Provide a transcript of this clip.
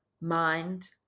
mind